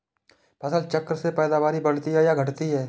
फसल चक्र से पैदावारी बढ़ती है या घटती है?